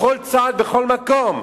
בכל צעד, בכל מקום.